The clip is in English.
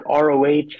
ROH